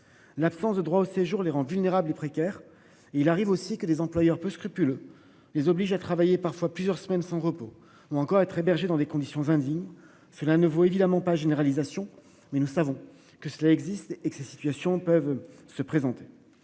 La absence de droit au séjour, les rend vulnérables et précaires. Il arrive aussi que les employeurs peu scrupuleux les oblige à travailler parfois plusieurs semaines sans repos ou encore être hébergés dans des conditions indignes. Cela ne vaut évidemment pas généralisation mais nous savons que cela existe et que ces situations peuvent se présenter.